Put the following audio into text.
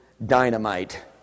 dynamite